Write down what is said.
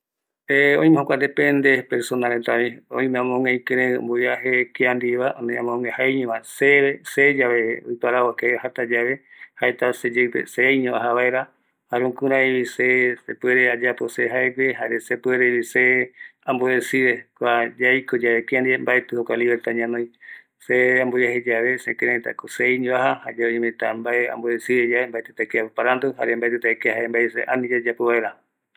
Ayepokua ma vi, se ma amope ajata yae, ma aja se seiño, mbaeti aja serapisa reta ndie, erei añae rupi ko eh aguatama serapisa reta ndie, jaema eh erei ikaviñoi eh yajata yandeiño yae, yajata añetete yandeiño jae jokua se ma aeka va no